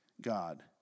God